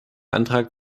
antrag